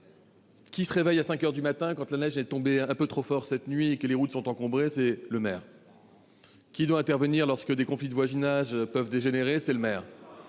Qui se réveille à cinq heures du matin quand la neige est tombée un peu trop fort pendant la nuit et que les routes sont encombrées ? Le maire ! Qui doit intervenir lorsque des conflits de voisinage peuvent dégénérer ? Le maire